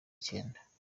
icyenda